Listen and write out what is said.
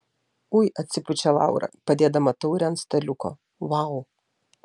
ui atsipučia laura padėdama taurę ant staliuko vau